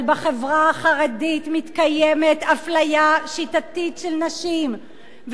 אבל בחברה החרדית מתקיימת אפליה שיטתית של נשים,